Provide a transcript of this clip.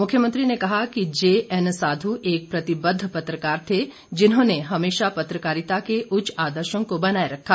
मुख्यमंत्री ने कहा कि जेएन साध् एक प्रतिबद्द पत्रकार थे जिन्होंने हमेशा पत्रकारिता के उच्च आदर्शो को बनाए रखा